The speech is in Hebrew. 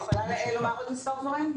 אני יכולה לומר עוד מספר דברים?